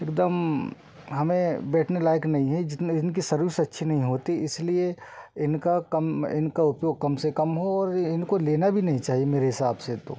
एकदम हमें बैठने लायक नही है जितने जिनकी सर्विस अच्छी नहीं होती इसलिए इनका कम इनका उपयोग कम से कम हो और ये इनको लेना भी नहीं चाहिए मेरे हिसाब से तो